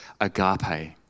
agape